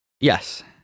Yes